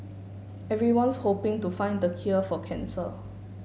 everyone's hoping to find the cure for cancer